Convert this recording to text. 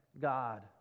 God